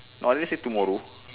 no I didn't say tomorrow